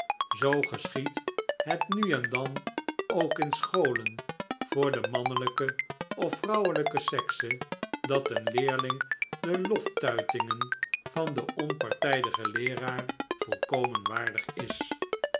zoo geschiedt het nu en dan ook in scholen voor de mannelijke of vrouwelijke sexe dat een leerling de loftuitingen van den onpartijdigen leeraar volkomen waardig is